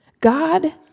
God